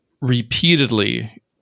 repeatedly